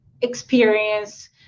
experience